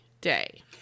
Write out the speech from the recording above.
day